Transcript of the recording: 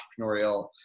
entrepreneurial